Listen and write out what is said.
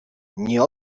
nie